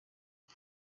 ngo